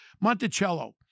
Monticello